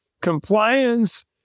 compliance